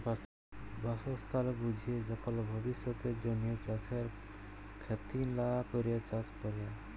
বাসস্থাল বুইঝে যখল ভবিষ্যতের জ্যনহে চাষের খ্যতি লা ক্যরে চাষ ক্যরা